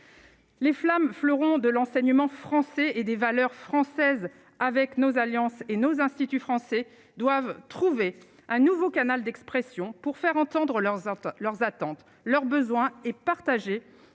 Les flammes, fleuron de l'enseignement français et des valeurs françaises avec nos alliances et nos instituts français doivent trouver un nouveau canal d'expression pour faire entendre leurs enfants, leurs attentes, leurs besoins et partager